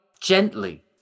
gently